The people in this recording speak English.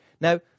now